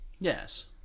Yes